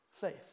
faith